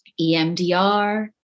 EMDR